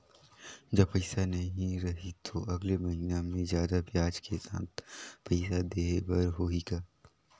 जब पइसा नहीं रही तो अगले महीना मे जादा ब्याज के साथ पइसा देहे बर होहि का?